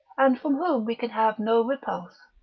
and from whom we can have no repulse,